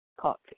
coffee